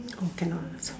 oh cannot ah so~